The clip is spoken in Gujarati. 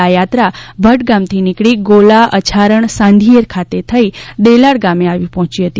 આ યાત્રા ભટગામથી નીકળી ગોલા અછારણ સાંધિયેર ખાતે થઈ દેલાડ ગામે આવી પહોયી હતી